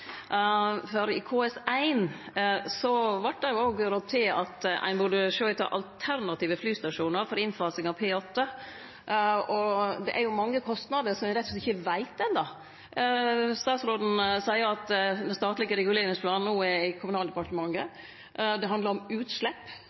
for i KS1 vart det òg rådd til at ein burde sjå etter alternative flystasjonar for innfasing av P8, og det er mange kostnader som me rett og slett ikkje veit enno. Statsråden seier at den statlege reguleringsplanen no er i Kommunaldepartementet. Det handlar om utslepp,